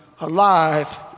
alive